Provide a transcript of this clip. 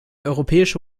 europäische